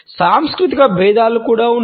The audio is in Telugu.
సాంస్కృతిక భేదాలు కూడా ఉన్నాయి